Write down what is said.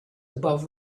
above